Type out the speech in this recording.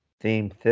theme